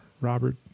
Robert